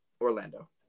Orlando